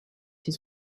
his